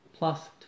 Plus